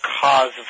cause